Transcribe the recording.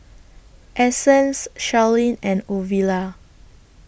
Essence Sharlene and Ovila